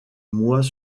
mois